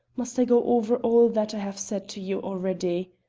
must i go over all that i have said to you already?